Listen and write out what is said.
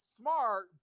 smart